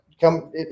come